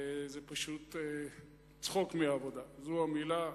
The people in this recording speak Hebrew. זה פשוט צחוק מעבודה, זו המלה,